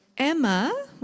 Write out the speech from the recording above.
Emma